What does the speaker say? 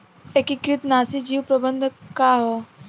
एकीकृत नाशी जीव प्रबंधन का ह?